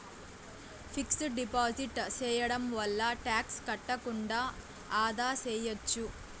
fixed deposit సేయడం వల్ల tax కట్టకుండా ఆదా సేయచ్చు